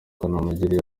kanamugire